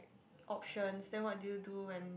options then what did you do when